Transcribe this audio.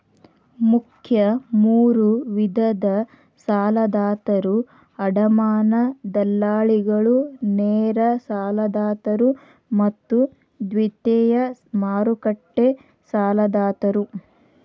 ಮುಖ್ಯ ಮೂರು ವಿಧದ ಸಾಲದಾತರು ಅಡಮಾನ ದಲ್ಲಾಳಿಗಳು, ನೇರ ಸಾಲದಾತರು ಮತ್ತು ದ್ವಿತೇಯ ಮಾರುಕಟ್ಟೆ ಸಾಲದಾತರು